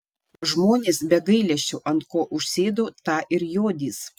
žmonės be gailesčio ant ko užsėdo tą ir jodys